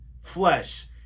flesh